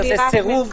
זה על סירוב.